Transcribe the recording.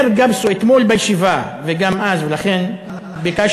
אומר גפסו אתמול בישיבה, וגם אז, ולכן ביקשתי,